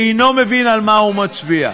אינו מבין על מה הוא מצביע.